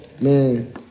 man